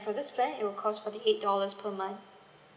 for this plan it will cost forty eight dollars per month